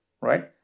Right